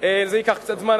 זה ייקח קצת זמן,